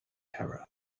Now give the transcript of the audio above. error